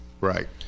Right